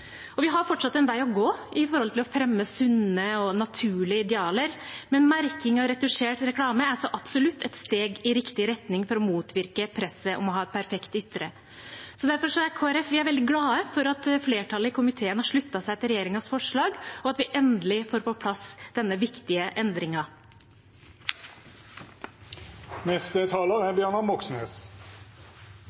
Vi har fortsatt en vei å gå for å fremme sunne og naturlige idealer, men merking av retusjert reklame er så absolutt et steg i riktig retning for å motvirke presset om å ha et perfekt ytre. Derfor er vi i Kristelig Folkeparti veldig glad for at flertallet i komiteen har sluttet seg til regjeringens forslag, og at vi endelig får på plass denne viktige